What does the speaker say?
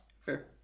Fair